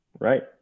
Right